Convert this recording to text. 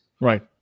Right